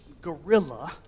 gorilla